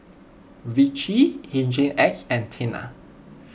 Vichy Hygin X and Tena